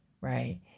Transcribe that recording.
Right